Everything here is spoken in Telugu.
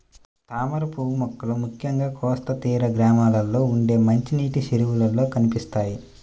తామరపువ్వు మొక్కలు ముఖ్యంగా కోస్తా తీర గ్రామాల్లో ఉండే మంచినీటి చెరువుల్లో కనిపిస్తాయి